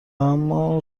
اما